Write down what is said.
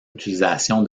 utilisation